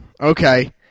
okay